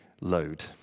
load